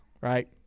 right